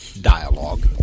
dialogue